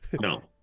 no